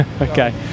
okay